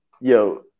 yo